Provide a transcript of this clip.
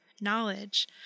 knowledge